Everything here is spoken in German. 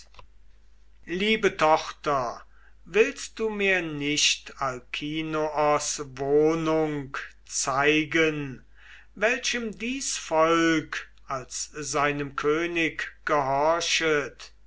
liebe tochter willst du mir nicht alkinoos wohnung zeigen welchem dies volk als seinem könig gehorchet